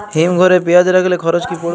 হিম ঘরে পেঁয়াজ রাখলে খরচ কি পড়বে?